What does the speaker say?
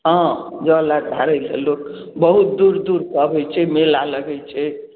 हँ जल आर ढारैत छनि लोक बहुत दूर दूर से अबैत छै मेला लगैत छै